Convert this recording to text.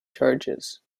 charges